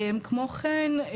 כמו כן,